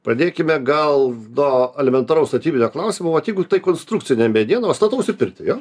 pradėkime gal nuo elementaraus statybinio klausimo vat jeigu tai konstrukcinė mediena statausi pirtį jo